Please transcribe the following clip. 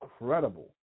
incredible